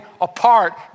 apart